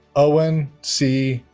owen c.